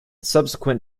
subsequent